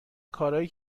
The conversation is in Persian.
کارایی